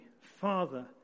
Father